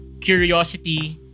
curiosity